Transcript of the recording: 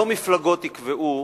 לא מפלגות יקבעו